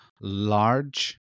large